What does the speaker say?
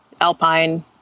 Alpine